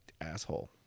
asshole